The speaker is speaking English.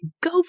go